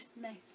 Nice